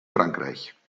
frankreich